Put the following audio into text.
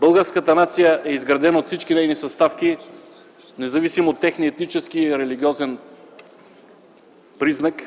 българската нация е изградена от всички нейни съставки, независимо от техния етнически и религиозен признак.